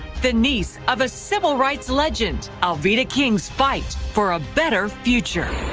the niece of a civil rights legend, alveda king's fight for a better future.